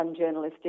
unjournalistic